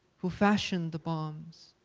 who fashion the bombs,